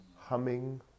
Humming